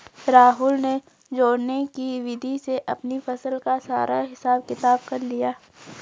राहुल ने जोड़ने की विधि से अपनी फसल का सारा हिसाब किताब कर लिया